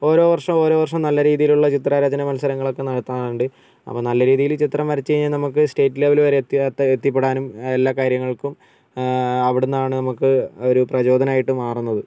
ഓരോ വർഷം ഓരോ വർഷം നല്ല രീതിയിലുള്ള ചിത്ര രചന മത്സരങ്ങളൊക്കെ നടത്താറുണ്ട് അപ്പം നല്ല രിതിയിൽ ചിത്രം വരച്ച് കഴിഞ്ഞാൽ നമുക്ക് സ്റ്റേറ്റ് ലെവല് വരെ എത്തി എത്തി എത്തിപ്പെടാനും എല്ലാ കാര്യങ്ങൾക്കും അവിടുന്നാണ് നമുക്ക് ഒരു പ്രചോദനായിട്ട് മാറുന്നത്